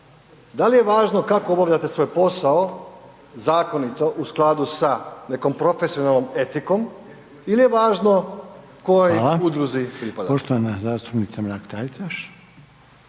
Da li je važno kako obavljate svoj posao zakonito u skladu sa nekom profesionalnom etikom ili je važno kojoj udruzi pripadate? **Reiner, Željko (HDZ)** Hvala. Poštovana zastupnica Mrak Taritaš.